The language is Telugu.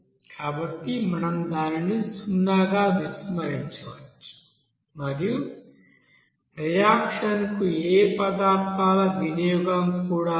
కాబట్టి మనం దానిని సున్నాగా విస్మరించవచ్చు మరియు రియాక్షన్ కు ఏ పదార్థాల వినియోగం కూడా లేదు